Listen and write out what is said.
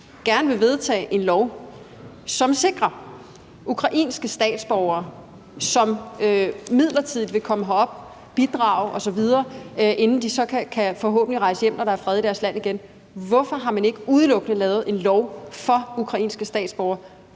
gerne vil vedtage en lov, som sikrer ukrainske statsborgere, som midlertidigt vil komme herop, bidrage osv., inden de så forhåbentlig kan rejse hjem, når der er fred i deres land igen? Hvorfor har man ikke udelukkende lavet en lov for ukrainske statsborgere?